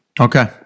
Okay